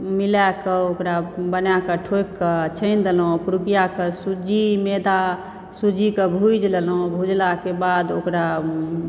मिलाकऽ ओकरा बनाके ठोकि कऽ छानि देलहुॅं पुरुकिया के सुज्जी मैदा सुज्जी के भुजि लेलहुॅं भुजला के बाद ओकरा